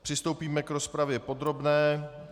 Přistoupíme k rozpravě podrobné.